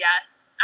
yes